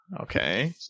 Okay